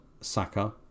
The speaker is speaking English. Saka